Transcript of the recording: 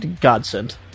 godsend